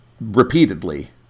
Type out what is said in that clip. Repeatedly